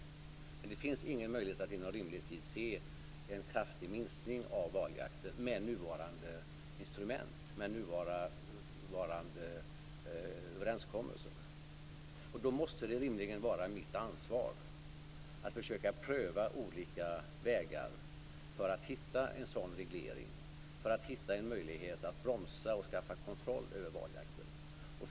Men det finns ingen möjlighet att inom rimlig tid se en kraftig minskning av valjakten med nuvarande instrument och överenskommelser. Då måste det rimligen vara mitt ansvar att försöka pröva olika vägar för att hitta en sådan reglering, för att hitta en möjlighet att bromsa och skaffa kontroll över valjakten.